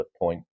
point